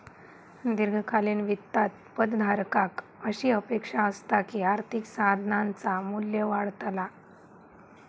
दीर्घकालीन वित्तात पद धारकाक अशी अपेक्षा असता की आर्थिक साधनाचा मू्ल्य वाढतला